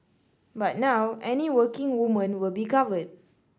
but now any working woman will be covered